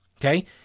Okay